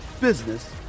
business